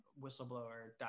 whistleblower